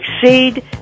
Succeed